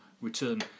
return